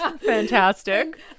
Fantastic